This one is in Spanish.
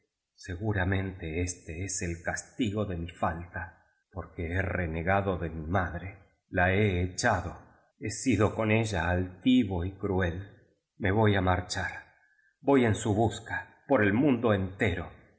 seguramente éste es el castigo de mi falta porque he re negado de mi madre la he echado he sido con ella altivo y cruel me voy á marchar voy en sti busca por el mundo ente